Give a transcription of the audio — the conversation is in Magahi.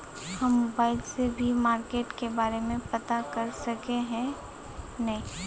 हम मोबाईल से भी मार्केट के बारे में पता कर सके है नय?